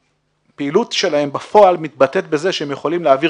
הפעילות שלהם בפועל מתבטאת בזה שהם יכולים להעביר